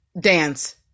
dance